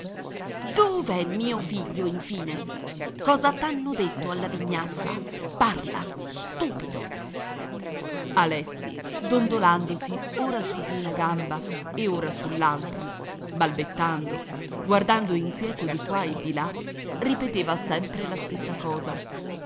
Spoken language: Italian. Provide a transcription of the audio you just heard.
dov'è mio figlio infine cosa t'hanno detto alla vignazza parla stupido alessi dondolandosi ora su di una gamba e ora sull'altra balbettando guardando inquieto di qua e di là ripeteva sempre la stessa cosa